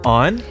on